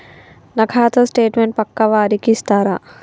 నా ఖాతా స్టేట్మెంట్ పక్కా వారికి ఇస్తరా?